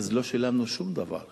אז לא שילמנו שום דבר כאזרחים.